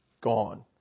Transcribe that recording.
gone